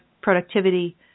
productivity